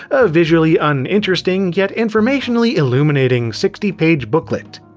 a visually uninteresting yet informationally illuminating sixty page booklet.